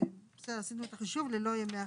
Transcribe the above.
(באחוזים/שקלים חדשים)